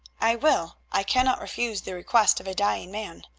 i will. i cannot refuse the request of a dying man.